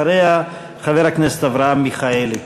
אחריה, חבר הכנסת אברהם מיכאלי.